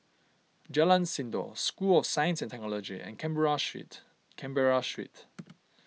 Jalan Sindor School of Science and Technology and Canberra Street Canberra Street